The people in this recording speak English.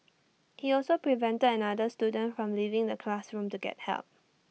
he also prevented another student from leaving the classroom to get help